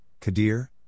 Kadir